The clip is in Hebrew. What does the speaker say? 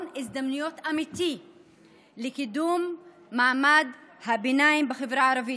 הזדמנויות אמיתי לקידום מעמד הביניים בחברה הערבית.